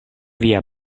via